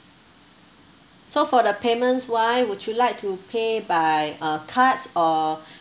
so far the payments wise would you like to pay by uh cards or